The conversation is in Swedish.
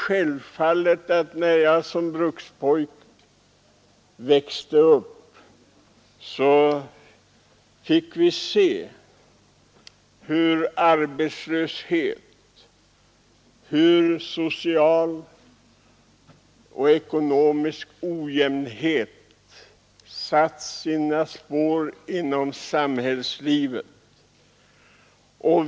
Där jag som brukspojke växte upp fick jag se hur arbetslöshet, social och ekonomisk ojämnhet satte sina spår inom samhällslivet.